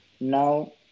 now